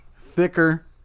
thicker